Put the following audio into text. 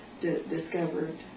discovered